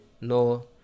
no